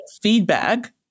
feedback